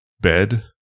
bed